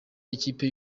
ikipe